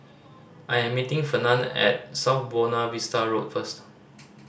I'm meeting Fernand at South Buona Vista Road first